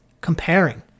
comparing